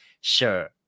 Sure